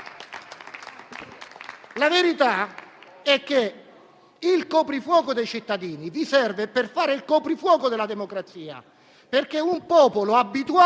La verità è che il coprifuoco dei cittadini vi serve per fare il coprifuoco della democrazia, perché un popolo abituato a